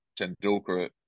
Tendulkar